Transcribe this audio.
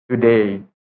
today